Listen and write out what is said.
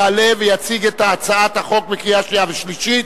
יעלה ויציג את הצעת החוק לקריאה שנייה ושלישית.